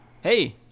hey